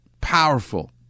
powerful